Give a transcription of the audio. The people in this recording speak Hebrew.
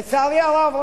לצערי הרב,